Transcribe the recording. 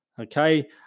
okay